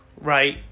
right